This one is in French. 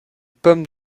pommes